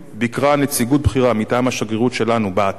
ביקרה נציגות בכירה מטעם השגרירות שלנו באתר,